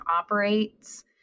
operates